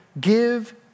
give